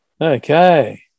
Okay